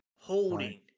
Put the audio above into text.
holding